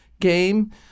game